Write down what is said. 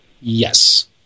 Yes